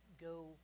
go